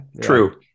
True